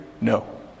No